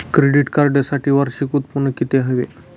Credit कार्डसाठी वार्षिक उत्त्पन्न किती हवे?